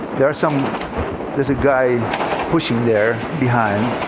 there's um there's a guy pushing there, behind,